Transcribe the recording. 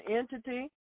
entity